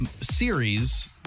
series